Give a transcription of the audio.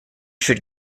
should